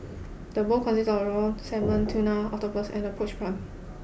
the bowl consists of raw salmon tuna octopus and a poached prawn